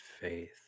faith